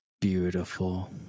beautiful